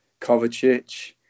Kovacic